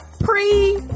Pre